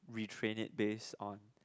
we train it base on